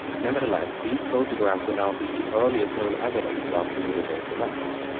nevertheless, these photographs were now the earliest known evidence of the universal s.